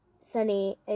Sunny